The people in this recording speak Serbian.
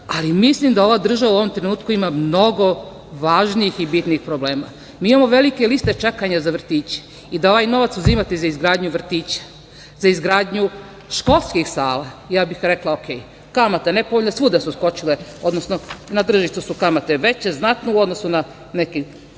ali mislim da ova država u ovom trenutku ima mnogo važnijih i bitnijih problema. Mi imamo velike liste čekanja za vrtiće i da ovaj novac uzimate za izgradnju vrtića, za izgradnju školskih sala, ja bih rekla u redu, kamata nepovoljna, svuda su skočile, odnosno na tržištu su kamate veće znatno u odnosu na neke